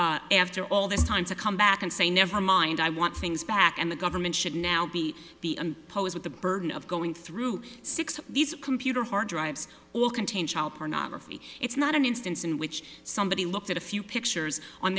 forfeited after all this time to come back and say never mind i want things back and the government should now be be and pose with the burden of going through six of these computer hard drives all contain child pornography it's not an instance in which somebody looked at a few pictures on